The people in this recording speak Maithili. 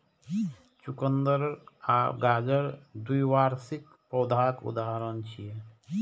चुकंदर आ गाजर द्विवार्षिक पौधाक उदाहरण छियै